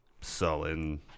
sullen